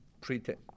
pretend